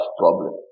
problem